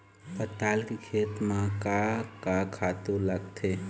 पताल के खेती म का का खातू लागथे?